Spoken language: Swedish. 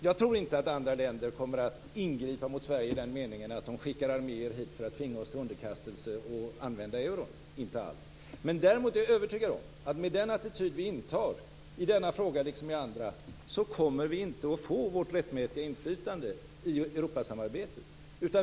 Jag tror inte att andra länder kommer att ingripa mot Sverige i den meningen att de skickar arméer hit för att tvinga oss till underkastelse och till att använda euron, inte alls. Däremot är jag övertygad om att vi, med den attityd vi intar i denna fråga liksom i andra, inte kommer att få vårt rättmätiga inflytande i Europasamarbetet.